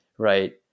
right